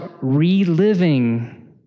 reliving